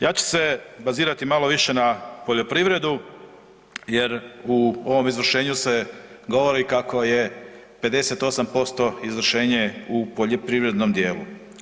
Ja ću se bazirati malo više na poljoprivredu jer u ovom izvršenju se govori kako je 58% izvršenje u poljoprivrednom dijelu.